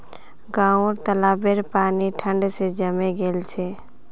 गांउर तालाबेर पानी ठंड स जमें गेल छेक